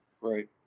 right